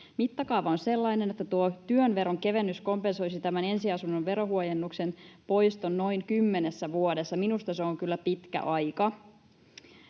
Mittakaava on sellainen, että tuo työveron kevennys kompensoisi tämän ensiasunnon verohuojennuksen poiston noin 10 vuodessa — minusta se on kyllä pitkä aika.